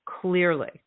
clearly